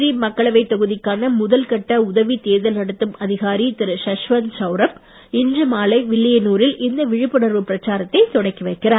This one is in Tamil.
புதுச்சேரி மக்களவை தொகுதிக்கான முதல் கட்ட உதவித் தேர்தல் நடத்தும் அதிகாரி திரு சஷ்வத் சௌரப் இன்று மாலை வில்லியனூரில் இந்த விழிப்புணர்வு பிரச்சாரத்தை தொடக்கி வைக்கிறார்